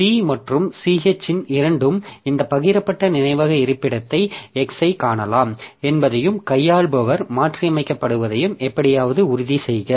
P மற்றும் ch இரண்டும் இந்த பகிரப்பட்ட நினைவக இருப்பிடத்தை x ஐக் காணலாம் என்பதையும் கையாளுபவர் மாற்றியமைக்கப்படுவதையும் எப்படியாவது உறுதிசெய்க